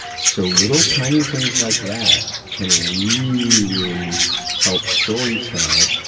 so, little tiny things like that can really, really help storytell,